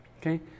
Okay